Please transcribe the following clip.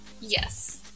yes